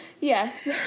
Yes